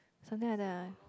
something like that lah